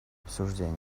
обсуждения